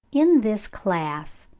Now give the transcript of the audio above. in this class,